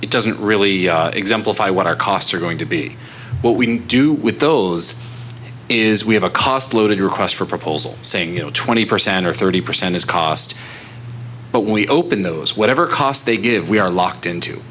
it doesn't really exemplify what our costs are going to be but we do with those is we have a cost loaded request for proposal saying you know twenty percent or thirty percent is cost but we open those whatever costs they give we are locked into